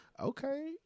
Okay